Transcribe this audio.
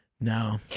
No